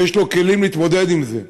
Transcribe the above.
שיש לו כלים להתמודד עם זה.